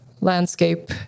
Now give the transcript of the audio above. landscape